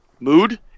mood